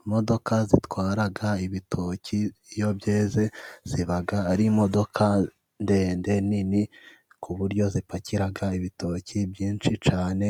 Imodoka zatwara ibitoki iyo byeze, ziba ari imodoka ndende, nini, ku buryo zipakira ibitoki byinshi cyane,